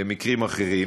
למקרים אחרים,